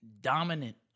dominant